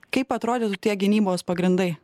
kaip atrodytų tie gynybos pagrindai